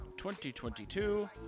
2022